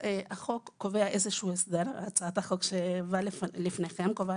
הצעת החוק שלפניכם מביאה